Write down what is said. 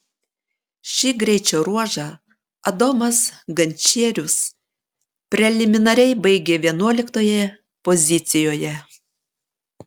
šį greičio ruožą adomas gančierius preliminariai baigė vienuoliktoje pozicijoje